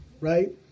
right